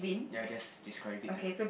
ya just describe it lah